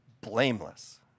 blameless